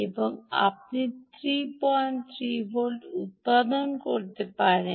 এবং আপনি 33 উত্পাদন করতে পারেন